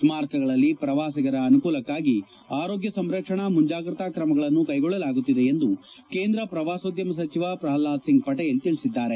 ಸ್ಥಾರಕಗಳಲ್ಲಿ ಪ್ರವಾಸಿಗರ ಅನುಕೂಲಕ್ಕಾಗಿ ಆರೋಗ್ಯ ಸಂರಕ್ಷಣಾ ಮುಂಜಾಗ್ರತಾ ಕ್ರಮಗಳನ್ನು ಕೈಗೊಳ್ಳಲಾಗುತ್ತಿದೆ ಎಂದು ಕೇಂದ್ರ ಪ್ರವಾಸೋದ್ಡಮ ಸಚಿವ ಪ್ರಲ್ವಾದ್ ಸಿಂಗ್ ಪಟೇಲ್ ತಿಳಿಸಿದ್ದಾರೆ